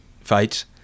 fights